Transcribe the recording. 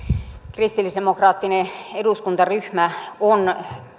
kristillisdemokraattinen eduskuntaryhmä on